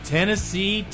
Tennessee